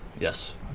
Yes